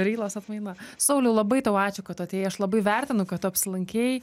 rylos atmaina sauliau labai tau ačiū kad tu atėjai aš labai vertinu kad tu apsilankei